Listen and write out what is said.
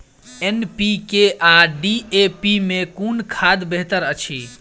NPK आ DAP मे कुन खाद बेहतर अछि?